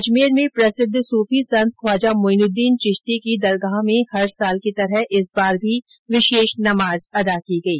अजमेर में प्रसिद्व सूर्फी संत ख्वाजा मोइनुद्दीन चिश्ती की दरगाह में हर वर्ष की तरह इस बार भी विशेष नमाज अदा की गई